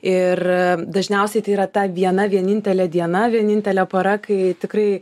ir dažniausiai tai yra ta viena vienintelė diena vienintelė pora kai tikrai